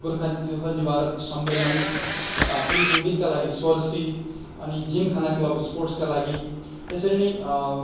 गोर्खा दुःख निवारक सम्मेलन फेरि सङ्गीतका लागि स्वर श्री अनि जिमखाना क्लब स्पोर्ट्सका लागि यसरी नै